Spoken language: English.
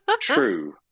true